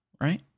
right